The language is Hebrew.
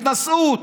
התנשאות.